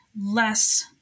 less